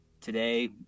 Today